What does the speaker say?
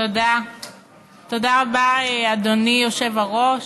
תודה רבה, אדוני היושב-ראש.